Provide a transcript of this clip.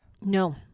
No